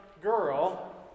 girl